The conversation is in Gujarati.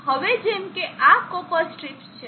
હવે જેમકે આ કોપર સ્ટ્રીપ્સ છે